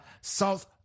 South